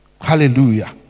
hallelujah